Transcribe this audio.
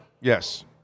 Yes